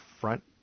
front